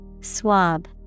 Swab